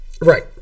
Right